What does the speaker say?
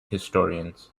historians